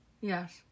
Yes